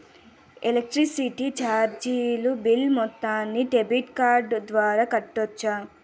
Electricity చార్జీలు bill మొత్తాన్ని debit card ద్వారా కట్టొచ్చా?